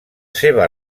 seva